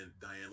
Diane